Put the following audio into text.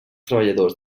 treballadors